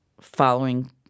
following